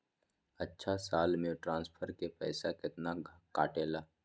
अछा साल मे ट्रांसफर के पैसा केतना कटेला?